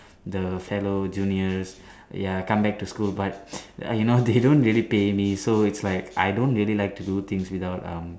the fellow juniors ya come back to school but you know they don't really pay me so it's like I don't really like to do things without um